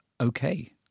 okay